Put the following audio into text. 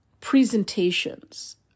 presentations